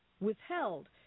Withheld